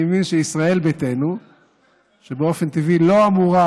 אני מבין שישראל ביתנו באופן טבעי לא אמורה